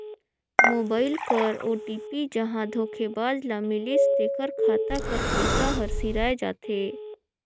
mobile कर OTP जहां धोखेबाज ल मिलिस तेकर खाता कर पइसा हर सिराए जाथे